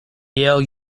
yale